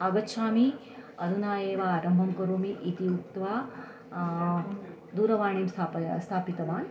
आगच्छामि अधुना एव आरम्भं करोमि इति उक्त्वा दूरवाणीं स्थापय स्थापितवान्